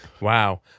wow